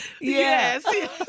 Yes